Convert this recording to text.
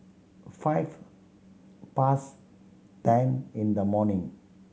five past ten in the morning